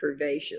curvaceous